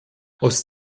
aus